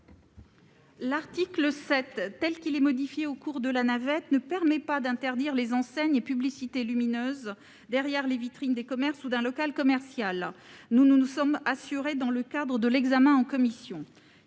L'article 7, tel que modifié au cours de la navette, ne permet pas d'interdire les enseignes et publicités lumineuses derrière les vitrines des commerces ou d'un local commercial : nous nous en sommes assurés dans le cadre de l'examen en commission.